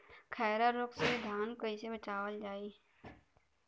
खैरा रोग से धान कईसे बचावल जाई?